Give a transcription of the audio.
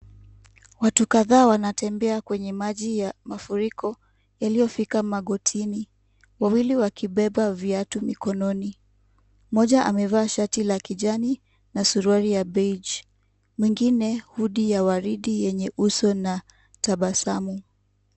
Watu kadhaa wanatembea kwenye maji ya mafuriko yaliyofika magotini, wawili wakibeba viatu mikononi, mmoja amevaa shati la kijani na suruali ya beige , mwengine hoody ya waridi yenye uso na tabasamu.